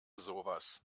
sowas